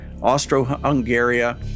Austro-Hungaria